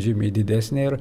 žymiai didesnė ir